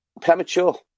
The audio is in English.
Premature